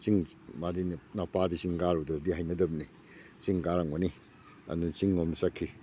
ꯆꯤꯡ ꯃꯥꯗꯤꯅꯦ ꯃꯄꯥꯗꯤ ꯆꯤꯡ ꯀꯥꯔꯨꯗ꯭ꯔꯗꯤ ꯍꯩꯅꯗꯕꯅꯤ ꯆꯤꯡ ꯀꯥꯔꯝꯒꯅꯤ ꯑꯗꯨꯅ ꯆꯤꯡ ꯂꯣꯝꯗ ꯆꯠꯈꯤ